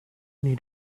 need